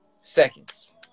seconds